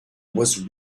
was